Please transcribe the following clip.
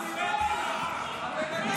אתה תראה --- עוד